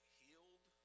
healed